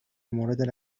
مورد